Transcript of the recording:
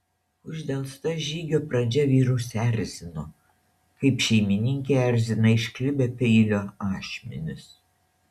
uždelsta žygio pradžia vyrus erzino kaip šeimininkę erzina išklibę peilio ašmenys